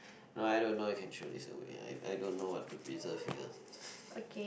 no I don't know you can throw this away I I don't know what to preserve here